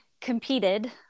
competed